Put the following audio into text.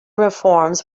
reforms